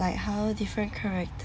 like how different characters